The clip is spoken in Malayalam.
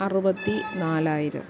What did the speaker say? അറുപത്തി നാലായിരം